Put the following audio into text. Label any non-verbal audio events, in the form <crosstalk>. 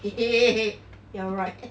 eh <laughs>